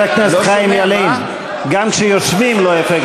אני רק התחלתי.